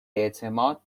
اعتماد